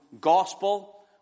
gospel